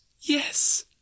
Yes